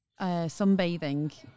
sunbathing